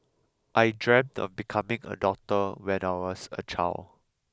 I dreamt of becoming a doctor when I was a child